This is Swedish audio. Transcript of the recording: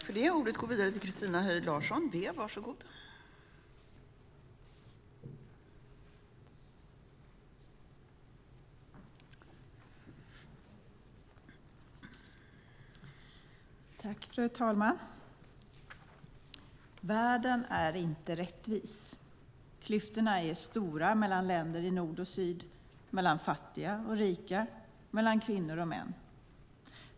Fru talman! Världen är inte rättvis. Klyftorna är stora mellan länder i nord och syd, mellan fattiga och rika, mellan kvinnor och män.